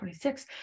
26